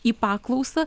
į paklausą